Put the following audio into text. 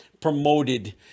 promoted